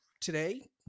today